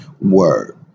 word